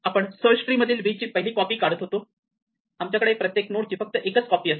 आपण search tree मधील v ची पहिली कॉपी काढत होतो आमच्याकडे प्रत्येक नोड ची फक्त एक कॉपी असते